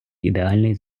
ідеальний